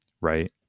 right